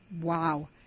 Wow